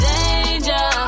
Danger